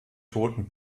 toten